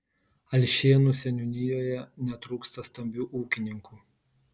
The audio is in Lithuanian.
alšėnų seniūnijoje netrūksta stambių ūkininkų